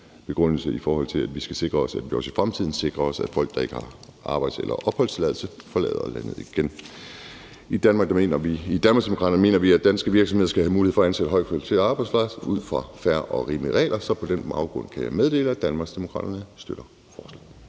begrundelse, i forhold til at vi også i fremtiden sikrer os, at folk, der ikke har arbejds- eller opholdstilladelse, forlader landet igen. I Danmarksdemokraterne mener vi, at danske virksomheder skal have mulighed for at ansætte højtkvalificeret arbejdskraft ud fra fair og rimelige regler, så på den baggrund kan jeg meddele, at Danmarksdemokraterne støtter forslaget.